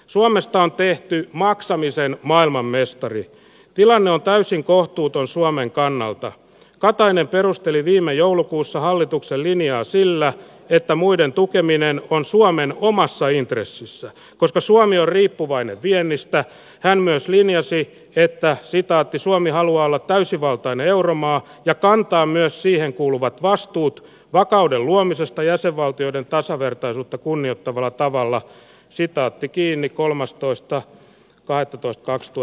suomesta on tehty maksamiseen maailmanmestarin tilanne on täysin kohtuuton suomen kannalta katainen perusteli viime joulukuussa hallituksen linjaa sillä että muiden tukeminen on suomen omassa intressissä koska suomi on riippuvainen viennistä on myös linjasi että sitaatti suomi haluaa olla täysivaltainen euromaa joka antaa myös siihen kuuluvat vastuut vakauden luomisesta jäsenvaltioiden tasavertaisuutta kunnioittavalla tavalla sitaatti kiinni kolmastoista kahdettatoista satu